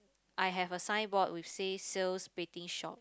I have a signboard which say sales betting shop